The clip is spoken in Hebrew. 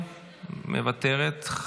לא, לא.